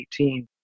2018